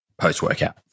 post-workout